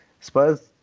Spurs